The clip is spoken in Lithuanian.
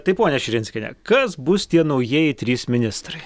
tai ponia širinskiene kas bus tie naujieji trys ministrai